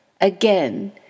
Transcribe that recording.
Again